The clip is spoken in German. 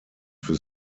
für